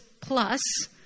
plus